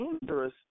dangerous